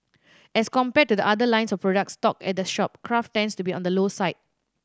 as compared to the other lines of products stocked at the shop craft tends to be on the low side